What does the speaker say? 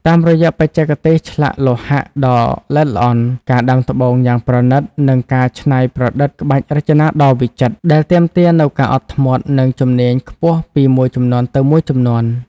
តាមរយៈបច្ចេកទេសឆ្លាក់លោហៈដ៏ល្អិតល្អន់ ការដាំត្បូងយ៉ាងប្រណីត និងការច្នៃប្រឌិតក្បាច់រចនាដ៏វិចិត្រ ដែលទាមទារនូវការអត់ធ្មត់ និងជំនាញខ្ពស់ពីមួយជំនាន់ទៅមួយជំនាន់។